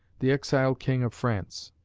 the exiled king of france.